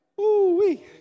Ooh-wee